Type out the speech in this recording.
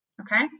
Okay